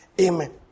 Amen